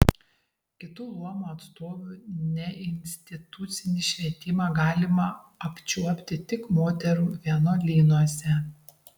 kitų luomų atstovių neinstitucinį švietimą galime apčiuopti tik moterų vienuolynuose